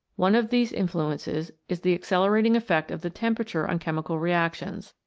one of these in fluences is the accelerating effect of the tem perature on chemical reactions,